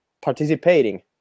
participating